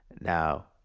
Now